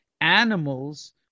animals